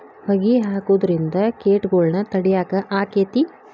ಹೊಗಿ ಹಾಕುದ್ರಿಂದ ಕೇಟಗೊಳ್ನ ತಡಿಯಾಕ ಆಕ್ಕೆತಿ?